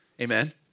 amen